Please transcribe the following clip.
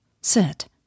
sit